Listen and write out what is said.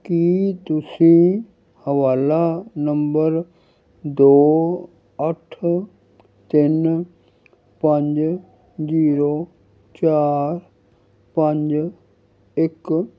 ਕੀ ਤਸੀਂ ਹਵਾਲਾ ਨੰਬਰ ਦੋ ਅੱਠ ਤਿੰਨ ਪੰਜ ਜੀਰੋ ਚਾਰ ਪੰਜ ਇੱਕ